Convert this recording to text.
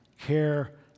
care